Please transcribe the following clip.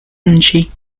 energy